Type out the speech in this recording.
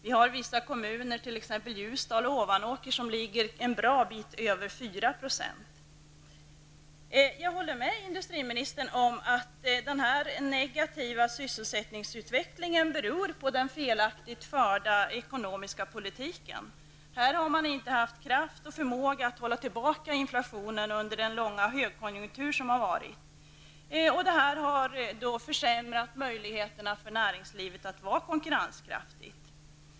Vi har vissa kommuner, t.ex. Ljusdal och Ovanåker, där arbetslösheten är en bra bit över 4 %. Jag håller med industriministern om att den negativa sysselsättningsutvecklingen beror på den felaktigt förda ekonomiska politiken. Här har man inte haft kraft och förmåga att hålla tillbaka inflationen under den långa högkonjunktur som har varit. Det har försämrat möjligheterna för näringslivet att vara konkurrenskraftigt.